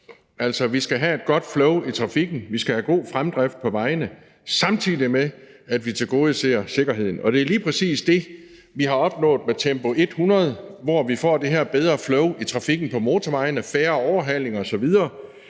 altså, vi skal have et godt flow i trafikken, vi skal have god fremdrift på vejene, samtidig med at vi tilgodeser sikkerheden. Og det er lige præcis det, vi har opnået med Tempo 100-ordningen, hvor vi får det her bedre flow i trafikken på motorvejene med færre overhalinger osv.